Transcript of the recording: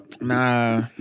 Nah